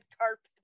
carpet